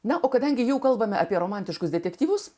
na o kadangi jau kalbame apie romantiškus detektyvus